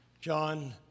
John